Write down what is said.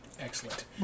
Excellent